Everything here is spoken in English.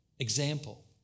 Example